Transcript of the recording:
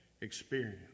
Experience